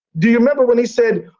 do you remember when he said,